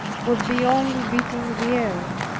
would be only beating the air.